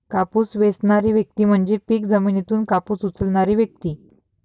कापूस वेचणारी व्यक्ती म्हणजे पीक जमिनीतून कापूस उचलणारी व्यक्ती